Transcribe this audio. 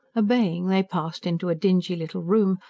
obeying, they passed into a dingy little room,